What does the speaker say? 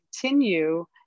continue